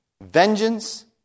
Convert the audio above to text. Vengeance